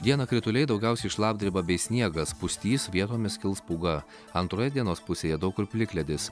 dieną krituliai daugiausiai šlapdriba bei sniegas pustys vietomis kils pūga antroje dienos pusėje daug kur plikledis